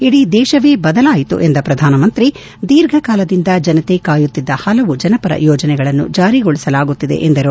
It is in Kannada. ಇಡೀ ದೇಶವೇ ಬದಲಾಯಿತು ಎಂದ ಪ್ರಧಾನ ಮಂತ್ರಿ ದೀರ್ಘಕಾಲದಿಂದ ಜನತೆ ಕಾಯುತ್ತಿದ್ದ ಹಲವು ಜನಪರ ಯೋಜನೆಗಳನ್ನು ಜಾರಿಗೊಳಿಸಲಾಗುತ್ತಿದೆ ಎಂದರು